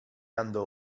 andò